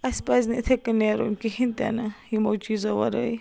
اَسہِ پَزِ نہٕ یِتھَے کٔنۍ نیرُن کِہیٖنۍ تہِ نہٕ یِمو چیٖزو وَراے